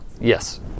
Yes